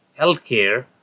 healthcare